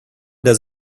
does